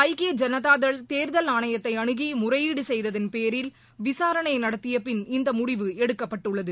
ஐக்கிய ஜனதாதள் தேர்தல் ஆணையத்தை அணுகி முறையீடு செய்ததன் பேரில் விசாரணை நடத்திய பின் இந்த முடிவு எடுக்கப்பட்டுள்ளது